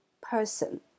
person